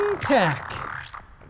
tech